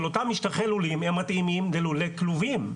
אבל אותם משטחי לולים, הם מתאימים ללולי כלובים.